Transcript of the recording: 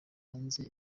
hanze